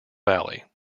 valley